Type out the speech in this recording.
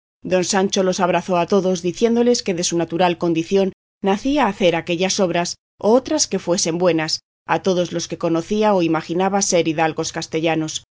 don sancho los abrazó a todos diciéndoles que de su natural condición nacía hacer aquellas obras o otras que fuesen buenas a todos los que conocía o imaginaba ser hidalgos castellanos